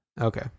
Okay